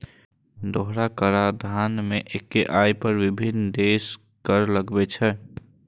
दोहरा कराधान मे एक्के आय पर विभिन्न देश कर लगाबै छै